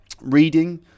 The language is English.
reading